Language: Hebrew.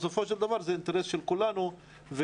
בסופו של דבר זה אינטרס של כולנו ואלה